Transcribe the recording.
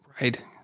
Right